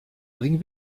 bring